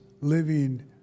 living